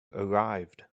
arrived